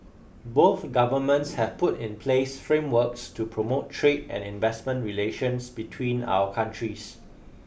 both governments have put in place frameworks to promote trade and investment relations between our countries